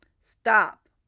stop